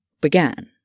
began